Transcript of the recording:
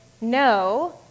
no